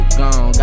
gone